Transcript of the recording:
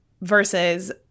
versus